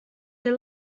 they